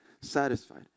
satisfied